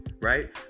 right